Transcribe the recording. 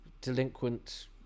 delinquent